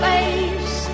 face